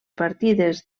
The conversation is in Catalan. partides